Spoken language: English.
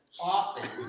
often